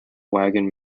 wagon